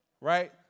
Right